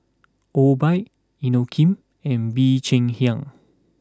Obike Inokim and Bee Cheng Hiang